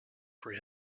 for